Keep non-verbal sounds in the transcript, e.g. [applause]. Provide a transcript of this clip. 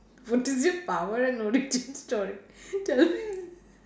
what is your power and origin [laughs] story tell me